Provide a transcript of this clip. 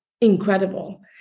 incredible